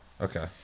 Okay